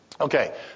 Okay